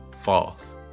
False